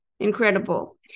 incredible